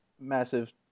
massive